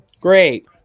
great